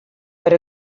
per